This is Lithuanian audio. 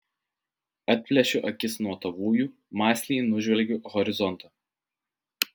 atplėšiu akis nuo tavųjų mąsliai nužvelgiu horizontą